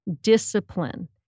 discipline